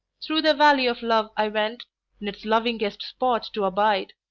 through the valley of love i went in its lovingest spot to abide,